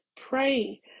pray